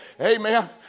Amen